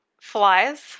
flies